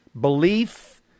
belief